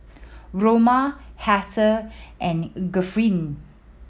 Roman Heather and Griffin